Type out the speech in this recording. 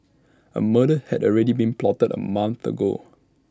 A murder had already been plotted A month ago